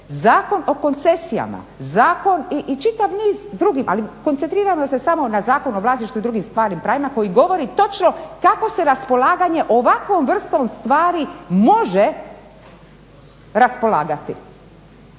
Zakon o koncesijama, zakon i čitav niz drugih ali koncentrirajmo se samo na Zakon o vlasništvu i drugim stvarnim pravima koji govori točno kako se raspolaganje ovakvom vrstom stvari može raspolagati.